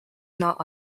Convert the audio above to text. not